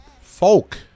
Folk